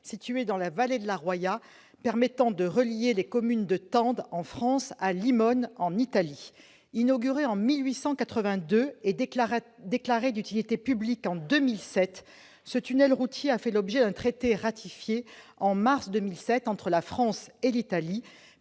situé dans la vallée de la Roya et reliant les communes de Tende, en France, et de Limone, en Italie. Inauguré en 1882 et déclaré d'utilité publique en 2007, ce tunnel routier a fait l'objet d'un traité ratifié en mars 2007 entre la France et l'Italie,